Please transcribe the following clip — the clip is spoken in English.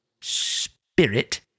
Spirit